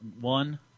One